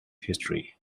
history